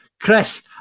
Chris